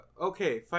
okay